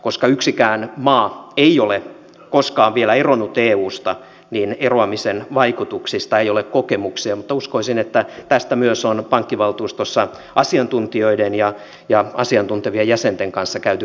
koska yksikään maa ei ole koskaan vielä eronnut eusta niin eroamisen vaikutuksista ei ole kokemuksia mutta uskoisin että tästä myös on pankkivaltuustossa asiantuntijoiden ja asiantuntevien jäsenten kanssa käyty keskustelua